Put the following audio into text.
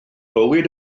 bywyd